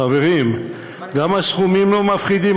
חברים, גם הסכומים לא מפחידים?